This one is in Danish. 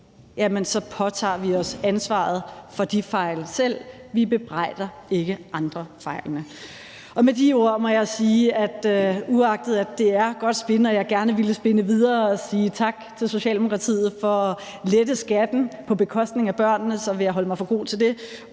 så påtager vi os ansvaret for de fejl selv. Vi bebrejder ikke andre fejlene. Med de ord må jeg sige, at uagtet at det er godt spin, og at jeg gerne ville spinne videre og sige tak til Socialdemokratiet for at lette skatten på bekostning af børnene, så vil jeg holde mig for god til det.